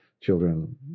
children